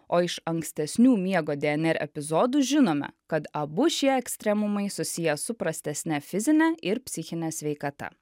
o iš ankstesnių miego dnr epizodų žinome kad abu šie ekstremumai susiję su prastesne fizine ir psichine sveikata